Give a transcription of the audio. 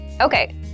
Okay